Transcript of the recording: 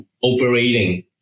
operating